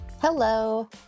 Hello